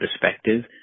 perspective